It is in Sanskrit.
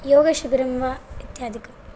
योगशिबिरं वा इत्यादिकम्